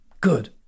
good